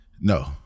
No